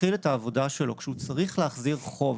שמתחיל את העבודה שלו כשהוא צריך להחזיר חוב